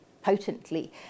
potently